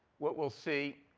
what we'll see